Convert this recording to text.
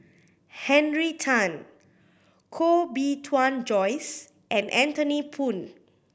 Henry Tan Koh Bee Tuan Joyce and Anthony Poon